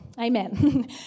Amen